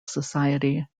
society